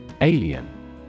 Alien